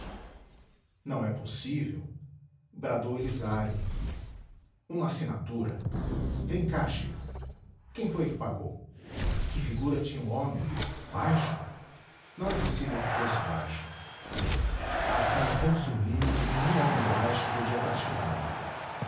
não é possível bradou elisiário uma assinatura vem cá chico quem foi que pagou que figura tinha o homem baixo não é possível que fosse baixo a ação é tão sublime que nenhum homem baixo podia praticá la